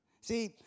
See